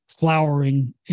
flowering